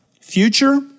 Future